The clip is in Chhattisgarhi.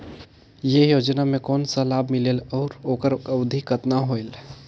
ये योजना मे कोन ला लाभ मिलेल और ओकर अवधी कतना होएल